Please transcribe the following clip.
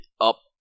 up